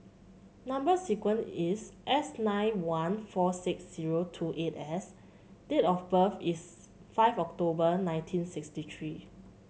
number sequence is S nine one four six zero two eight S and date of birth is five October nineteen sixty three